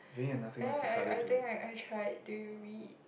right I I I think I I tried to read